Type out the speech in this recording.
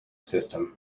system